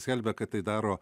skelbia kad tai daro